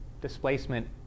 displacement